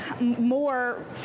more